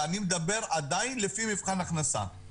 ואני מדבר עדיין לפי מבחן הכנסה.